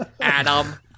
Adam